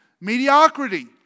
mediocrity